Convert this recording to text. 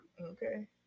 Okay